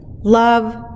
love